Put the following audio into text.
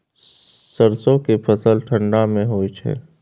सरसो के फसल ठंडा मे होय छै?